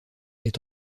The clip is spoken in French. est